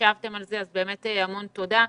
ישבתם על זה אז באמת המון תודה.